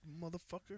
motherfucker